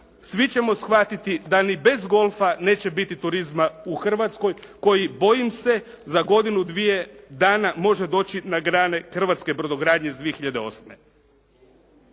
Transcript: svi ćemo shvatiti da ni bez golfa neće biti turizma u Hrvatskoj koji, bojim se, za godinu, dvije dana može doći na grane hrvatske brodogradnje iz 2008.